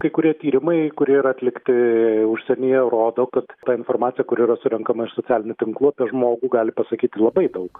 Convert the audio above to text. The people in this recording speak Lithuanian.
kai kurie tyrimai kurie yra atlikti užsienyje rodo kad ta informacija kuri yra surenkama socialinių tinklų apie žmogų gali pasakyti labai daug